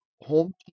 home